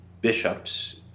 bishops